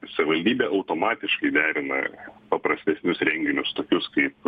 savivaldybė automatiškai derina paprastesnius renginius tokius kaip